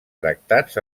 tractats